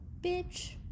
bitch